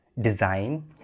design